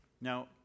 Now